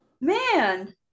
Man